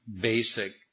basic